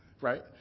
right